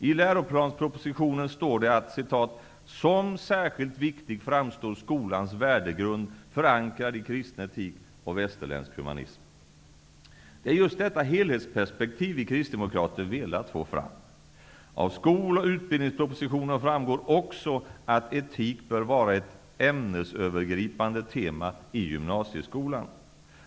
I läroplanspropositionen står det att ''som särskilt viktig framstår skolans värdegrund förankrad i kristen etik och västerländsk humanism''. Det är just detta helhetsperspektiv vi kristdemokrater velat få fram. Av skol och utbildningspropositionen framgår också att etik bör vara ett ämnesövergripande tema i gymnasieskolan.